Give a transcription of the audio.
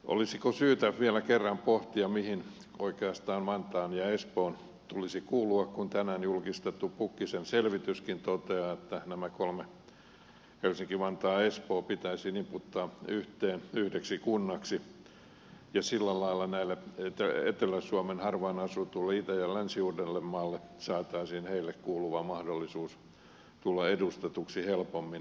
olisiko syytä vielä kerran pohtia mihin oikeastaan vantaan ja espoon tulisi kuulua kun tänään julkistettu pukkisen selvityskin toteaa että nämä kolme helsinki vantaa ja espoo pitäisi niputtaa yhteen yhdeksi kunnaksi ja sillä lailla näille etelä suomen harvaan asutuille itä ja länsi uudellemaalle saataisiin niille kuuluva mahdollisuus tulla edustetuksi helpommin eduskunnassa